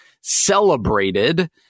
celebrated